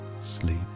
sleep